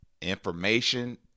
information